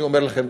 אני אומר לכם,